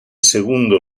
segundo